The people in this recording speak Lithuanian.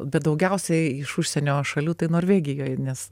bet daugiausiai iš užsienio šalių tai norvegijoj nes